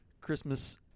Christmas